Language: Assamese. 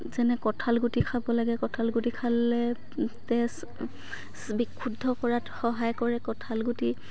যেনে কঁঠাল গুটি খাব লাগে কঁঠাল গুটি খালে তেজ বিশুদ্ধ কৰাত সহায় কৰে কঁঠাল গুটি